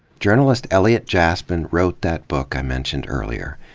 journalist elliot jaspin wrote that book i mentioned earlier.